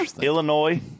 Illinois